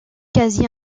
quasi